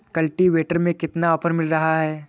Cultivator में कितना offer मिल रहा है?